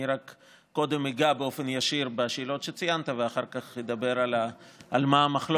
אני רק קודם אגע באופן ישיר בשאלות שציינת ואחר כך אדבר על מה המחלוקת,